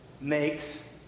makes